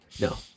No